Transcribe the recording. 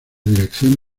dirección